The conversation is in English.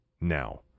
now